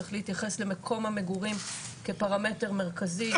צריך להתייחס למקום מגורים כפרמטר מרכזי,